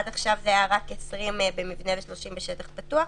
עד עכשיו זה היה רק 20 במבנה ו-30 בשטח פתוח,